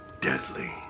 deadly